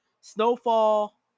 Snowfall